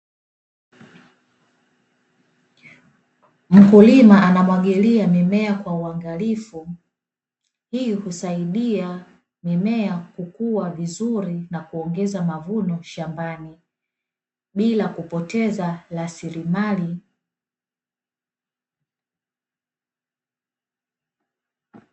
Mkulima anamwagilia mimea kwa uangalifu, hii husaidia mimea kukua vizuri na kuongeza mavuno shambani, bila kupoteza rasilimali.